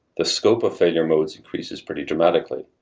the scope of failure modes increases pretty dramatically.